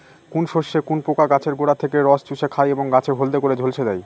কোন শস্যে কোন পোকা গাছের গোড়া থেকে রস চুষে খায় এবং গাছ হলদে করে ঝলসে দেয়?